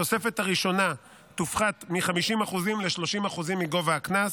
התוספת הראשונה תופחת מ-50% ל-30% מגובה הקנס,